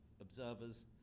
observers